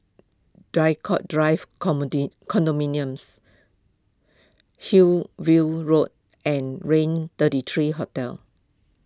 Draycott Drive comedy Condominiums Hillview Road and Raintr thirty three Hotel